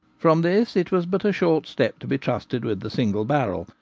from this it was but a short step to be trusted with the single barrel,